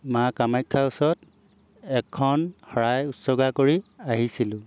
মা কামাখ্যাৰ ওচৰত এখন শৰাই উচৰ্গা কৰি আহিছিলোঁ